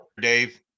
Dave